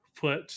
put